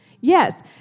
Yes